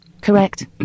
Correct